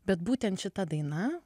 bet būtent šita daina